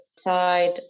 side